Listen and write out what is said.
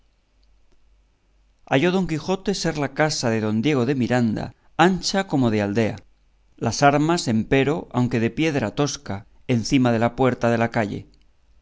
halló don quijote ser la casa de don diego de miranda ancha como de aldea las armas empero aunque de piedra tosca encima de la puerta de la calle